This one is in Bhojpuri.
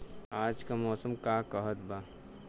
आज क मौसम का कहत बा?